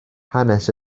hanes